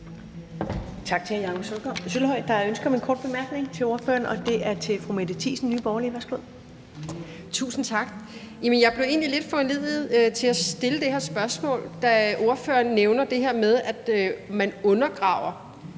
Jeg blev egentlig lidt foranlediget til at stille det her spørgsmål, da ordføreren nævner det her med, at man undergraver